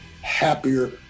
happier